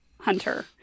hunter